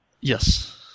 Yes